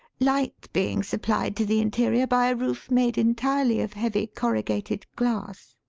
light being supplied to the interior by a roof made entirely of heavy corrugated glass.